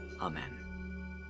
Amen